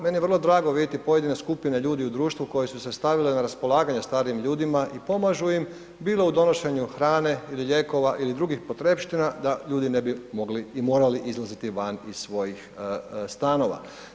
Meni je vrlo drago vidjeti pojedine skupine ljudi u društvu koje su se stavile na raspolaganje starijim ljudima i pomažu im bilo u donošenju hrane ili lijekova ili drugih potrepština da ljudi ne bi mogli i morali izlaziti van iz svojih stanova.